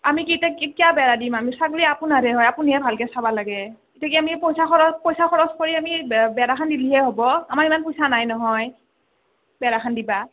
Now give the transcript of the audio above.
আমি ইতা কিয় কিয়া বেৰা দিম ছাগালী আপোনাৰহে হয় আপুনি হে ভালকৈ চাবা লাগে এতিয়া কি আমি পইচা খৰচ কৰি পইচা খৰচ কৰি আমি বে বেৰাখন দি দিলেহে হ'ব আমাৰ ইমান পইচা নাই নহয় বেৰাখান দিবা